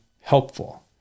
helpful